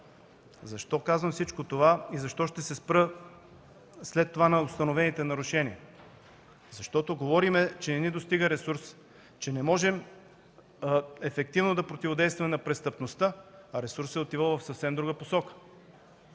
Защо казвам всичко това и защо след това ще се спра на установените нарушения? Защото говорим, че не ни достига ресурс, че не можем ефективно да противодействаме на престъпността, а ресурсът е отивал в съвсем друга посока.